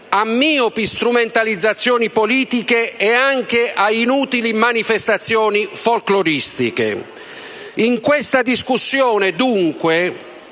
a miopi strumentalizzazioni politiche e anche a inutili manifestazioni folcloristiche. In questa discussione, lo